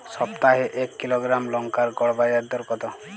সপ্তাহে এক কিলোগ্রাম লঙ্কার গড় বাজার দর কতো?